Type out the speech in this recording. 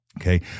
Okay